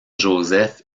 joseph